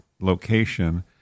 location